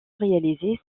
réalisée